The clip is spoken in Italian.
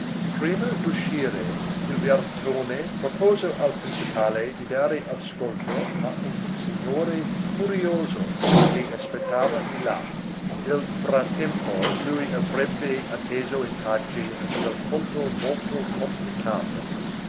spiaggia prima d'uscire il bertone propose al principale di dare ascolto a un signore curioso che aspettava di là nel frattempo lui avrebbe atteso in pace a quel conto molto complicato